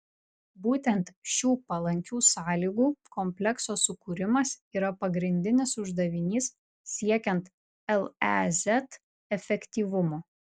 būtent šių palankių sąlygų komplekso sukūrimas yra pagrindinis uždavinys siekiant lez efektyvumo